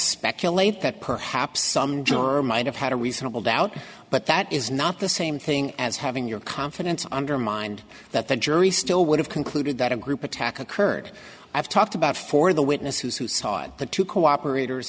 speculate that perhaps some german have had a reasonable doubt but that is not the same thing as having your confidence undermined that the jury still would have concluded that a group attack occurred i've talked about for the witness who saw the two cooperat